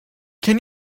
can